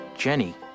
Jenny